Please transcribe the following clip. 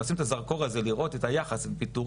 נשים את הזרקור על העניין של לראות את היחס בין פיטורין